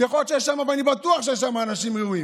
ככל שיש שם, אני בטוח שיש שם אנשים ראויים,